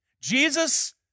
Jesus